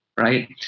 right